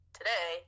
today